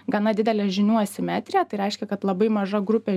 gana didelė žinių asimetrija tai reiškia kad labai maža grupė